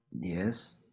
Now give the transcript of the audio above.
Yes